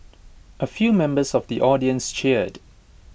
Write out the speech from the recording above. A few members of the audience cheered